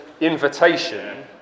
invitation